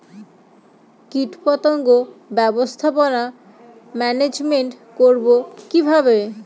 কীটপতঙ্গ ব্যবস্থাপনা ম্যানেজমেন্ট করব কিভাবে?